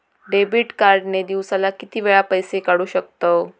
Debit card ने दिवसाला किती वेळा पैसे काढू शकतव?